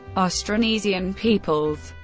austronesian peoples,